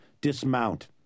Dismount